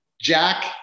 Jack